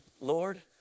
Lord